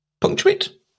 punctuate